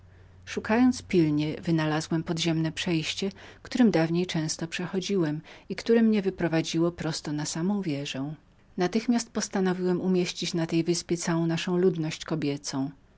moich poszukiwań wynalazłem podziemne przejście którem dawniej często przechodziłem i które mnie wyprowadziło prosto na samą wieżę natychmiast postanowiłem umieścić na tej wyspie całą naszą ludność kobiecą